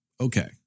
Okay